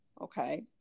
Okay